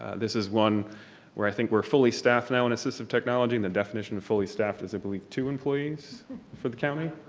this is one where i think we're fully staffed now in assistive technology and the definition of fully staffed is i believe two employees for the county.